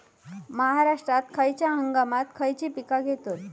महाराष्ट्रात खयच्या हंगामांत खयची पीका घेतत?